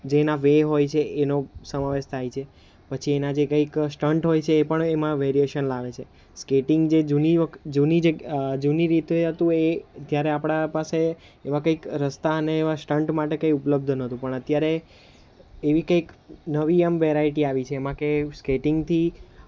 જે એના વે હોય છે એનો સમાવેશ થાય છે પછી એના જે કંઈક સ્ટન્ટ હોય છે એ પણ એમાં વેરીએશન લાવે છે સ્કેટિંગ જે જૂની વખ જૂની જૂની રીતે હતું એ જ્યારે આપણા પાસે એવા કંઈક રસ્તા અને સ્ટન્ટ માટે કંઈ ઉપલબ્ધ નહોતું પણ અત્યારે એવી કંઈક નવી આમ વેરાઈટી આવી છે જેમાં કે સ્કેટિંગથી